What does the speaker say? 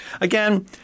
Again